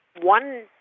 one